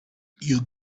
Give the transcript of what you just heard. you